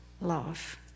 love